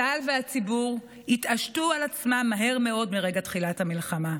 צה"ל והציבור התעשתו על עצמם מהר מאוד מרגע תחילת המלחמה,